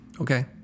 Okay